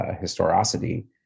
historicity